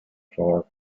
for